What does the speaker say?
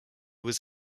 was